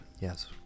yes